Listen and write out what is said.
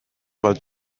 bald